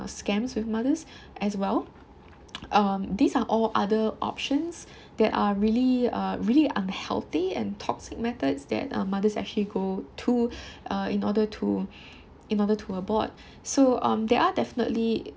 scams with mothers as well um these are all other options that are really uh really unhealthy and toxic methods that uh mothers actually go to uh in order to in order to abort so um there are definitely